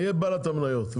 היא בעלת המניות.